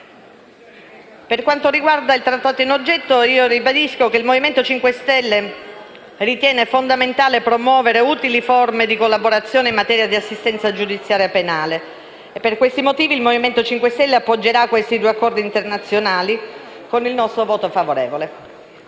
Per quanto riguarda il trattato in oggetto, ribadisco che il Movimento 5 Stelle ritiene fondamentale promuovere utili forme di collaborazione in materia di assistenza giudiziaria penale. Per questi motivi il mio Gruppo appoggerà questi due accordi internazionali, esprimendo un voto favorevole.